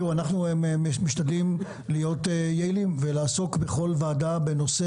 אנחנו משתדלים להיות יעילים ולעסוק בכל ועדה בנושא